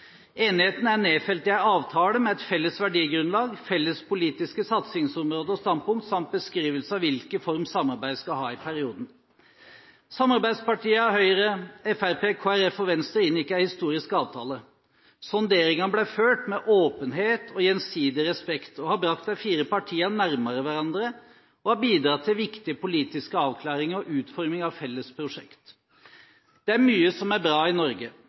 Enigheten er nedfelt i en avtale med et felles verdigrunnlag, felles politiske satsingsområder og standpunkter samt beskrivelse av hvilken form samarbeidet skal ha i perioden. Samarbeidspartiene Høyre, Fremskrittspartiet, Kristelig Folkeparti og Venstre inngikk en historisk avtale. Sonderingene som ble ført med åpenhet og gjensidig respekt, har brakt de fire partiene nærmere hverandre og har bidratt til viktige politiske avklaringer og utforming av felles prosjekt. Det er mye som er bra i Norge.